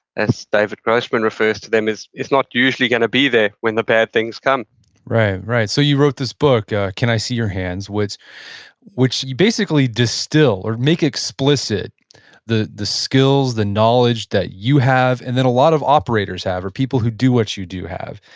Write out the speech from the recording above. as david grossman refers to them, is is not usually going to be there when the bad things come right, right. so, you wrote this book, can i see your hands, which which you basically distill or make explicit the the skills, the knowledge that you have and that a lot of operators have or people who do what you do have.